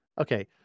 okay